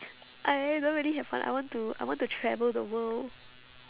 I don't really have one I want to I want to travel the world